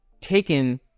taken